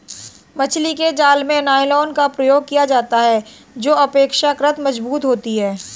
मछली के जाल में नायलॉन का प्रयोग किया जाता है जो अपेक्षाकृत मजबूत होती है